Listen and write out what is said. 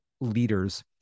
leaders